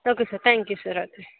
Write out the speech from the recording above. okay sir thank you sir